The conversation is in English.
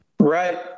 Right